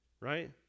Right